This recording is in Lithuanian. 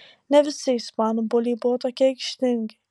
ne visi ispanų buliai buvo tokie aikštingi